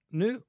nu